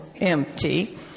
empty